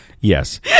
Yes